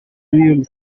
w’iyo